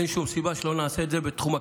אין שום סיבה שלא נעשה את זה בתחום הקמעונאות.